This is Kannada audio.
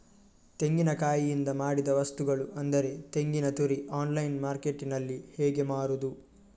ತೆಂಗಿನಕಾಯಿಯಿಂದ ಮಾಡಿದ ವಸ್ತುಗಳು ಅಂದರೆ ತೆಂಗಿನತುರಿ ಆನ್ಲೈನ್ ಮಾರ್ಕೆಟ್ಟಿನಲ್ಲಿ ಹೇಗೆ ಮಾರುದು?